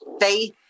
faith